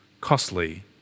costly